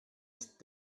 ist